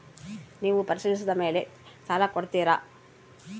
ನೇವು ಪರಿಶೇಲಿಸಿದ ಮೇಲೆ ಸಾಲ ಕೊಡ್ತೇರಾ?